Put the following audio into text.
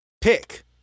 Pick